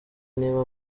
niba